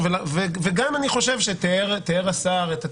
השר תיאר את התהליך.